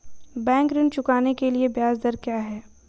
Bank ऋण चुकाने के लिए ब्याज दर क्या है?